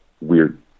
weird